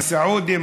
הסעודים,